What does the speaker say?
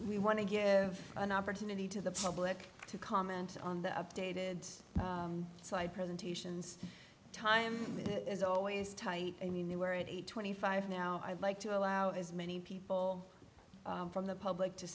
we want to give an opportunity to the public to comment on the updated side presentations time is always tight i mean they were at eight twenty five now i'd like to allow as many people from the public to